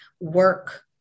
work